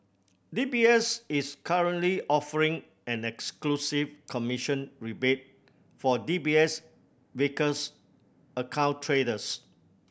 D B S is currently offering an exclusive commission rebate for D B S Vickers account traders